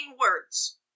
words